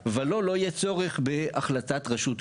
אבל לו לא יהיה צורך בהחלטת רשות הרישוי,